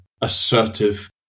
assertive